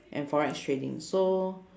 and forex trading so